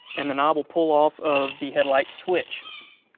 and the knob will pull off of the headlight switch.